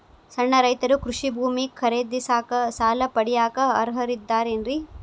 ಸಣ್ಣ ರೈತರು ಕೃಷಿ ಭೂಮಿ ಖರೇದಿಸಾಕ, ಸಾಲ ಪಡಿಯಾಕ ಅರ್ಹರಿದ್ದಾರೇನ್ರಿ?